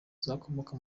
zikomoka